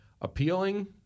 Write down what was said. appealing